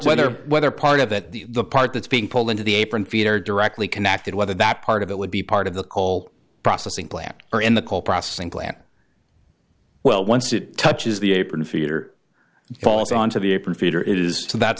whether whether part of it the the part that's being pulled into the apron feet are directly connected whether that part of it would be part of the coal processing plant or in the coal processing plant well once it touches the apron the feeder falls onto the apron feeder it is so that